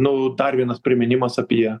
nu dar vienas priminimas apie